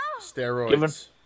steroids